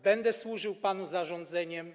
Będę służył panu zarządzeniem.